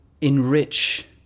enrich